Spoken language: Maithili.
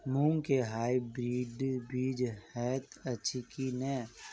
मूँग केँ हाइब्रिड बीज हएत अछि की नै?